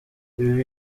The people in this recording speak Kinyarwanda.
ibi